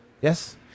yes